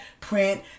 print